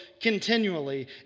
continually